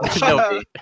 No